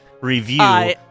review